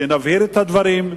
שנבהיר את הדברים,